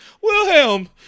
Wilhelm